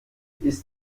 ist